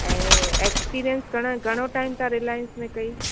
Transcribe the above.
ऐं एक्स्पिरियंस घणा घणो टाईम तव्हां रिलायंस में कई